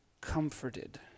comforted